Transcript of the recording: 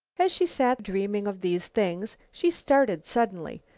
as she sat dreaming of these things, she started suddenly.